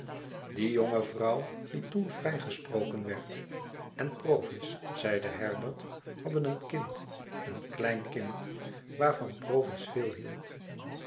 die jonge vrouw die toen vrijgesproken werd en provis zeide herbert hadden een kind een klein kind waarvan provis veel hield